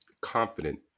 confident